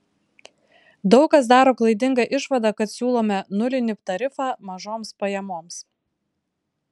daug kas daro klaidingą išvadą kad siūlome nulinį tarifą mažoms pajamoms